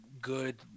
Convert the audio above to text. good